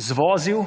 izvozil,